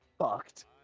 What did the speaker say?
fucked